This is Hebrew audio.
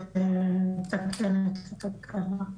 לכן,